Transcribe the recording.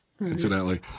incidentally